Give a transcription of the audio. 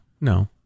no